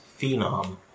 Phenom